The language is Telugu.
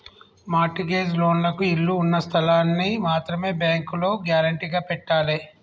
మార్ట్ గేజ్ లోన్లకు ఇళ్ళు ఉన్న స్థలాల్ని మాత్రమే బ్యేంకులో గ్యేరంటీగా పెట్టాలే